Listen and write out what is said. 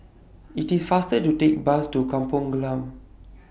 IT IS faster to Take Bus to Kampong Glam